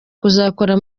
kuzakora